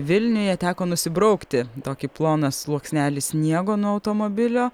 vilniuje teko nusibraukti tokį ploną sluoksnelį sniego nuo automobilio